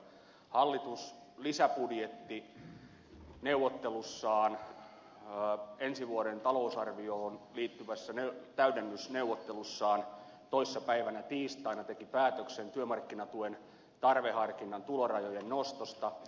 hallitus teki lisäbudjettineuvottelussaan ensi vuoden talousarvioon liittyvässä täydennysneuvottelussaan toissa päivänä tiistaina päätöksen työmarkkinatuen tarveharkinnan tulorajojen nostosta